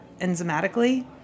enzymatically